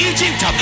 Egypt